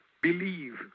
believe